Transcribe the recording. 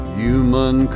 human